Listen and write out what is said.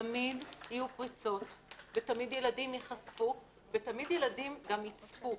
תמיד יהיו פריצות ותמיד ילדים ייחשפו ותמיד ילדים גם יצפו.